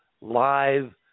live